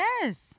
Yes